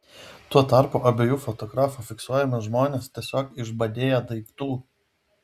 tuo tarpu abiejų fotografų fiksuojami žmonės tiesiog išbadėję daiktų